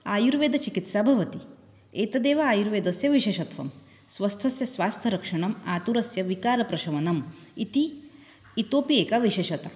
आयुर्वेदचिकित्सा भवति एतदेव आयुर्वेदस्य विशेषत्वं स्वस्थस्य स्वास्थरक्षणम् आतुरस्य विकारप्रशमनम् इति इतोपि एका विशेषता